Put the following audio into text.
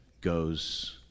goes